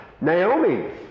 Naomi